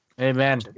Amen